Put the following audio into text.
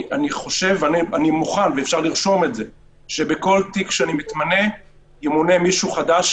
אני מוכן שבכל תיק שאני מתמנה ימונה מישהו חדש,